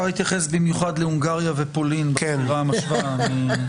להתייחס במיוחד להונגריה ופולין בסקירה המשווה.